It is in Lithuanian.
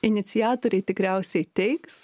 iniciatoriai tikriausiai teiks